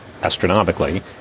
astronomically